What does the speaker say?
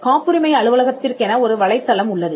காப்புரிமை அலுவலகத்திற்கென ஒரு வலைத்தளம் உள்ளது